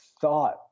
thought